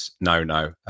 no-no